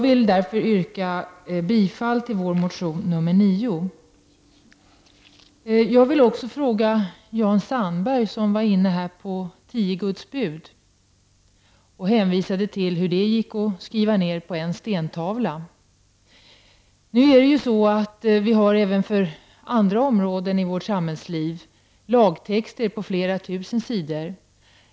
Jan Sandberg berörde här tio Guds bud och hänvisade till hur det gick att skriva dem på en stentavla. Nu är det ju så, att vi även för andra områden i vårt samhällsliv har lagtexter på flera tusen sidor.